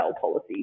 policy